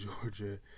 Georgia